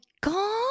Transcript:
god